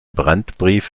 brandbrief